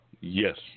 Yes